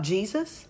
Jesus